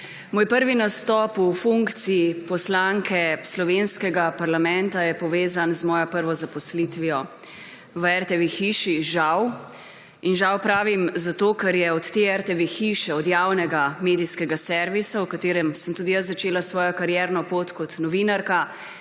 Moj prvi nastop v funkciji poslanke slovenskega parlamenta je povezan z mojo prvo zaposlitvijo v RTV hiši. Žal. In žal pravim zato, ker je od te RTV hiše, od javnega medijskega servisa, v katerem sem tudi jaz začela svojo karierno pot kot novinarka